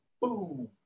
boom